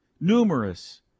numerous